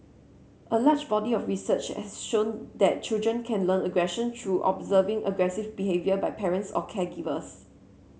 a large body of research has shown that children can learn aggression through observing aggressive behaviour by parents or caregivers